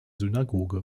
synagoge